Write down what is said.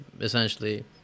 Essentially